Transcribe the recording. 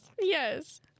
Yes